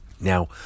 Now